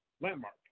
landmark